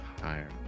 Higher